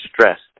stressed